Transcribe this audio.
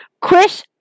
Chris